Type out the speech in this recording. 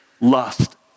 lust